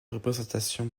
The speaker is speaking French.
représentation